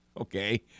okay